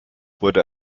wurde